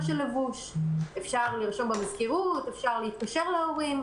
אפשר לרשום במזכירות, אפשר להתקשר להורים.